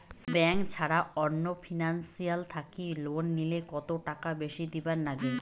Bank ছাড়া অন্য financial থাকি লোন নিলে কতটাকা বেশি দিবার নাগে?